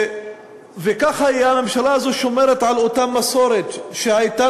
כך הממשלה הזאת שומרת על אותה מסורת שהייתה